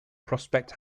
prospect